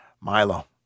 Milo